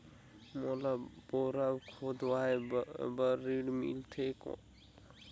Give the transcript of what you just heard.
मोला बोरा खोदवाय बार ऋण मिलथे?